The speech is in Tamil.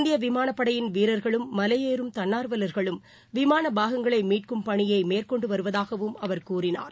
இந்தியவிமானப்படையின் வீரா்களும் மலையேறும் தன்னார்வலா்களும் விமானபாகங்களைமீட்கும் பணியைமேற்கொண்டுவருவதாகவும் அவர் கூறினார்